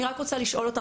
אני רק רוצה לשאול אותך,